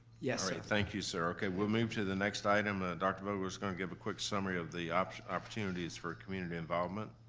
yes. all right, thank you, sir. okay, we'll move to the next item. ah dr. vogel was gonna give a quick summary of the ah opportunities for community involvement.